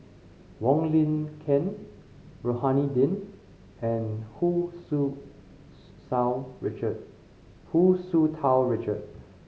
Wong Lin Ken Rohani Din and Hu Tsu Richard Hu Tsu Tau Richard